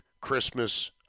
Christmas